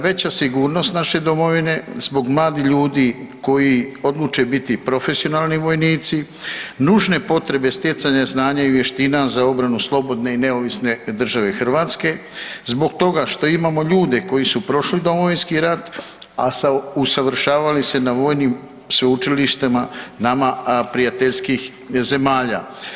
Veća sigurnost naše domovine, zbog mladih ljudi koji odluče biti profesionalni vojnici, nužne potrebe stjecanja znanja i vještina za obranu slobodne i neovisne države Hrvatske, zbog toga što imamo ljude koji su prošli Domovinski rat, a usavršavali se na vojnim sveučilištima nama prijateljskih zemalja.